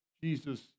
Jesus